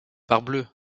parbleu